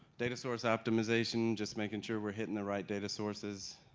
data source optimization, just making sure we're hitting the right data sources.